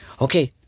Okay